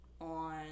on